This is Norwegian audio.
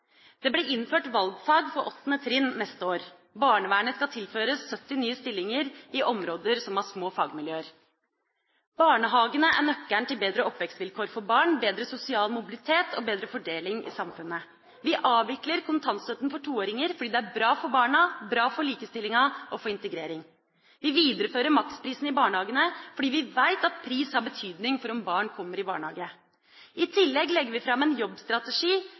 Det blir innført valgfag for 8. trinn neste år. Barnevernet skal tilføres 70 nye stillinger i områder som har små fagmiljøer. Barnehagene er nøkkelen til bedre oppvekstvilkår for barn, bedre sosial mobilitet og bedre fordeling i samfunnet. Vi avvikler kontantstøtten for toåringer, fordi det er bra for barna, bra for likestillinga og bra for integrering. Vi viderefører maksprisen i barnehagene, fordi vi vet at pris har betydning for om barn kommer i barnehage. I tillegg legger vi fram en jobbstrategi